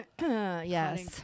Yes